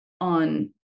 on